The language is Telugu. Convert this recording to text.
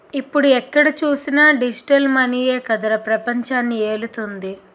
ఇప్పుడు ఎక్కడ చూసినా డిజిటల్ మనీయే కదరా పెపంచాన్ని ఏలుతోంది